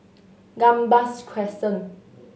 Gambas Crescent